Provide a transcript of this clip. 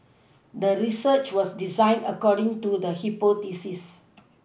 the research was designed according to the hypothesis